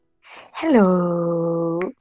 hello